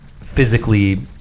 physically